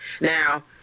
Now